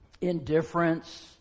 indifference